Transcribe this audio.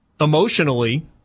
emotionally